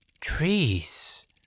trees